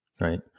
Right